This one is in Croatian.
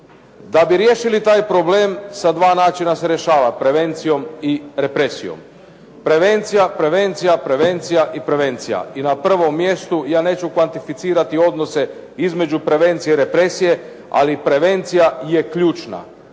Da bi riješili taj problem, sa dva način se rješava, prevencijom i represijom. Prevencija, prevencija, prevencija i prevencija i na prvom mjestu, ja neću kvantificirati odnose između prevencije i represije, ali prevencija je ključna.